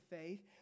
faith